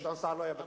גדעון סער לא היה,